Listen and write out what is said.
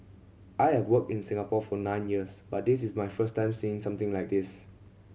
I have worked in Singapore for nine years but this is my first time seeing something like this